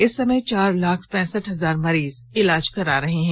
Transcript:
इस समय चार लाख पैंसठ हजार मरीज इलाज करा रहे हैं